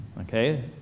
Okay